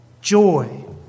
joy